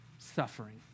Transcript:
suffering